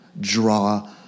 draw